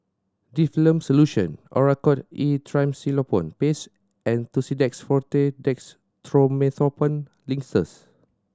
Difflam Solution Oracort E Triamcinolone Paste and Tussidex Forte Dextromethorphan Linctus